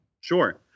Sure